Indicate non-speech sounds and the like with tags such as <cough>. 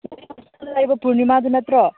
<unintelligible> ꯂꯩꯕ ꯄꯨꯔꯅꯤꯃꯥꯗꯨ ꯅꯠꯇ꯭ꯔꯣ